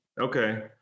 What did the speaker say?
Okay